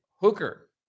Hooker